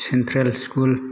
central school